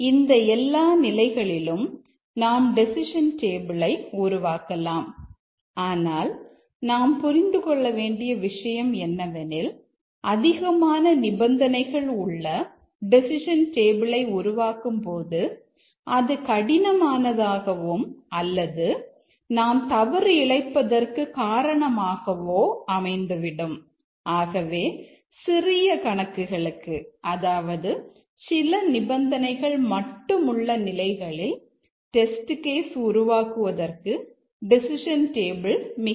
இந்த எல்லா நிலைகளிலும் நாம் டெசிஷன் டேபிளை மிகவும் உதவும்